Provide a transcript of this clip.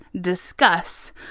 discuss